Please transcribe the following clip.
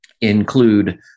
include